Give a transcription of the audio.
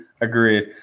Agreed